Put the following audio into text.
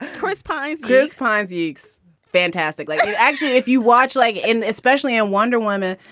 chris pyne gives pine's eegs fantastic like you actually if you watch like an especially on wonder woman,